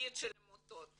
שתפקיד העמותות